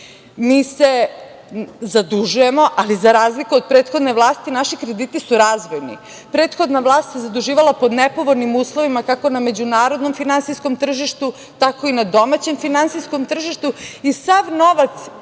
se zadužujemo, ali za razliku od prethodne vlasti naši krediti su razvojni. Prethodna vlast se zaduživala pod nepovoljnim uslovima, kako na međunarodnom finansijskom tržištu, tako i na domaćem finansijskom tržištu, i sav novac